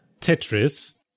Tetris